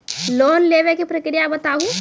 Loan लेवे के प्रक्रिया बताहू?